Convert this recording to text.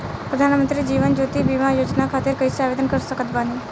प्रधानमंत्री जीवन ज्योति बीमा योजना खातिर कैसे आवेदन कर सकत बानी?